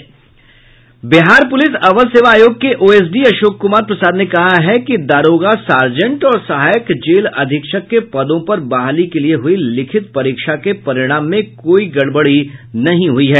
Bihar police अवर सेवा आयोग के ओएसडी अशोक कुमार प्रसाद ने कहा है कि दारोगा सार्जेन्ट और सहायक जेल अधीक्षक के पदों पर बहाली के लिये हुयी लिखित परीक्षा के परिणाम में कोई गड़बड़ी नहीं हुयी है